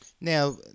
Now